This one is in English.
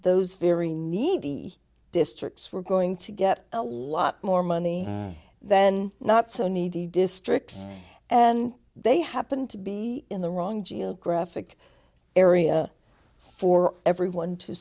those very needy districts were going to get a lot more money then not so needy districts and they happened to be in the wrong geographic area for everyone to